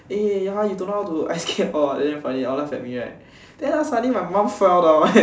eh !huh! you don't know how to ice skate all damn funny all laugh at me right then ah very funny suddenly my mum fell down eh